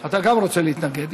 אתה גם רוצה להתנגד.